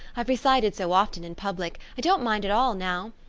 i've recited so often in public i don't mind at all now.